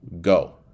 Go